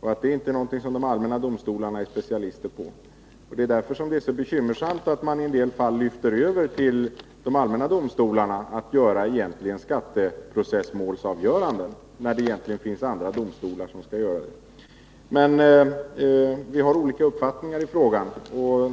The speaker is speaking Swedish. Det är inte någonting som de allmänna domstolarna är specialister på. Det som gör det bekymmersamt är att man lyfter över avgörandena i skattemål till de allmänna domstolarna, när det egentligen finns andra domstolar som kan fatta de besluten. Vi har olika uppfattningar i frågan.